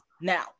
Now